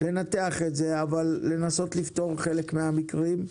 צריך לנתח את זה ולנסות לפתור חלק מן המקרים.